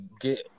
Get